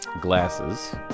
glasses